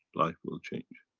life will change.